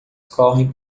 correm